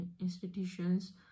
institutions